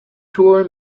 tour